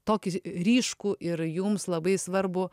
tokį ryškų ir jums labai svarbų